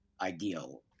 ideal